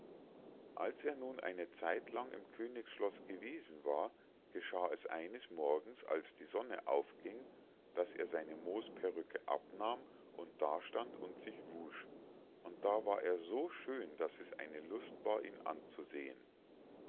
als er nun eine zeitlang im königsschloß gewesen war geschah es eines morgens als die sonne aufging daß er seine moosperrücke abnahm und da stand und sich wusch und da war er so schön daß es eine lust war ihn anzusehen